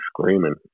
screaming